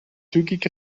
zügig